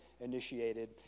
initiated